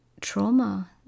trauma